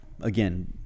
again